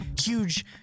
huge